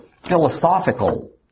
philosophical